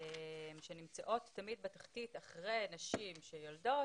שנמצאות תמיד בתחתית אחרי הנשים שיולדות,